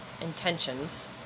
intentions